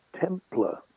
Templar